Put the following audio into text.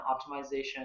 optimization